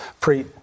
Preet